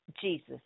Jesus